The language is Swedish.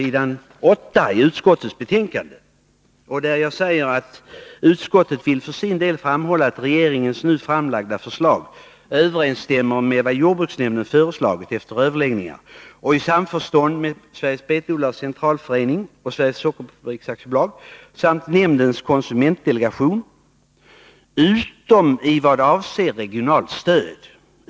Mitt yrkande innebär att den del av utskottets yttrande som börjar med ”Utskottet vill” och slutar med ”nämndens konsumentsdelegation” bort ha följande lydelse: ”Utskottet vill för sin del framhålla att regeringens nu framlagda förslag överensstämmer med vad jordbruksnämnden föreslagit efter överläggningar och i samförstånd med Sveriges betodlares centralförening och Svenska Sockerfabriks AB samt nämndens konsumentdelegation utom i vad avser regionalt stöd.